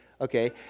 Okay